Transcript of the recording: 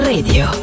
Radio